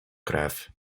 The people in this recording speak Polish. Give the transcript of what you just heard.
krew